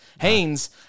Haynes